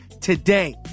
today